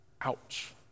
Ouch